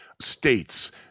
states –